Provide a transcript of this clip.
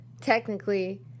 technically